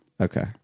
Okay